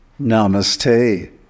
Namaste